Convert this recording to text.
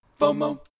FOMO